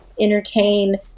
entertain